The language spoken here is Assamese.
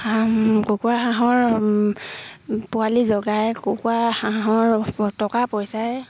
হাঁহ কুকুৰা হাঁহৰ পোৱালি জগাই কুকুৰা হাঁহৰ টকা পইচাই